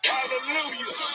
Hallelujah